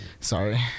Sorry